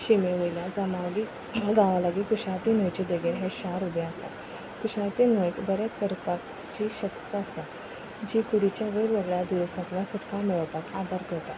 शिमे वयल्या जांबावली गांवा लागीं कुशावती न्हंयचे देगेर हें शार उबें आसा कुशावती न्हंयक बरें करपाची शक्त आसा जी कुडीच्या वेगवेगळ्या दुयेंसांतल्यान सुटका मेळोवपाक आदार करता